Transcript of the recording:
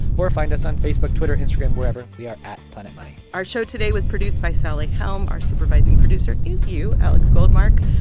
or find us on facebook, twitter, instagram wherever we are at planetmoney our show today was produced by sally helm. our supervising producer is you, alex goldmark.